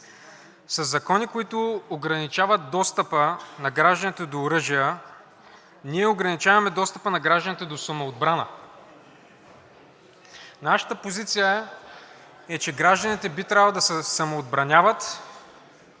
Със законите, които ограничават достъпа на гражданите до оръжия, ние ограничаваме достъпа на гражданите до самоотбраната. Нашата позиция е, че гражданите би трябвало да се самоотбраняват